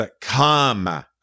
come